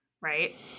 right